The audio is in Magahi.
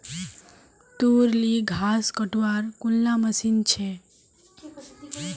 तोर ली घास कटवार कुनला मशीन छेक